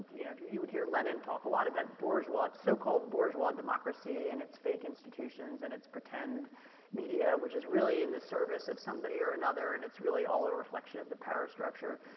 you know, you you would hear lenin talk a lot about bourgeois, so-called bourgeois democracy and its fake institutions and its pretend media, which is really in the service of somebody or another. and it's really all a reflection of the power structure.